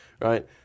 Right